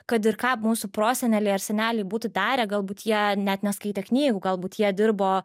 kad ir ką mūsų proseneliai ar seneliai būtų darę galbūt jie net neskaitė knygų galbūt jie dirbo